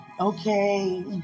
Okay